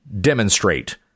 demonstrate